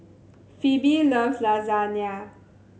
Phoebe loves Lasagna